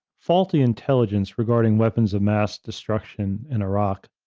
faulty intelligence regarding weapons of mass destruction in iraq,